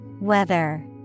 Weather